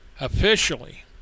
Officially